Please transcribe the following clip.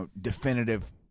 definitive